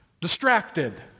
distracted